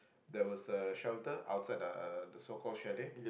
there was a shelter outside uh the so called chalet